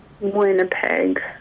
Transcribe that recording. Winnipeg